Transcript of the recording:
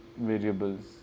variables